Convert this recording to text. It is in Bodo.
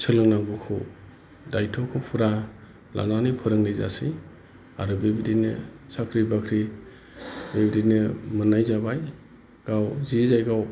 सोलोंनांगौखौ दायथ'खौ फुरा लानानै फोरोंनाय जासै आरो बेबादिनो साख्रि बाख्रि मोननाय जाबाय गाव जि जायगायाव